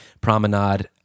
Promenade